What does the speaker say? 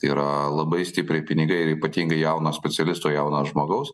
yra labai stipriai pinigai ir ypatingai jauno specialisto jauno žmogaus